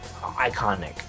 iconic